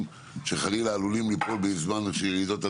שחלילה עלולים לבנות בזמן של רעידות אדמה.